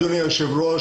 אדוני היושב-ראש,